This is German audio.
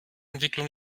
entwicklung